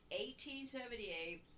1878